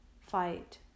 fight